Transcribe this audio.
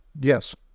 Yes